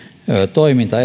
toiminta